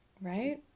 Right